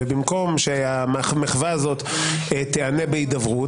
ובמקום שהמחווה הזאת תיענה בהידברות,